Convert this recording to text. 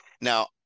now